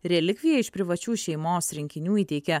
relikviją iš privačių šeimos rinkinių įteikė